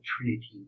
Trinity